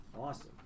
Awesome